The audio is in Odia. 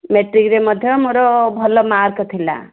ମେଟ୍ରିକ୍ରେ ମଧ୍ୟ ମୋର ଭଲ ମାର୍କ ଥିଲା